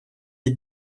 est